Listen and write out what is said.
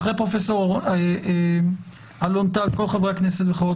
אחרי פרופ' אלון טל כל חברי הכנסת וחברות